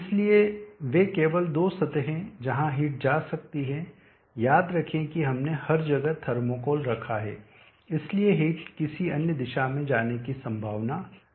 इसलिए वे केवल दो सतहें हैं जहां हीट जा सकती है याद रखें कि हमने हर जगह थर्मोकोल रखा है इसलिए हीट किसी अन्य दिशा में जाने की संभावना नहीं है